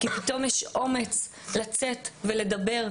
כי פתאום יש אומץ לצאת ולדבר,